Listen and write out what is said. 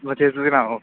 ਬਸ ਤੁਸੀਂ ਸੁਣਾਓ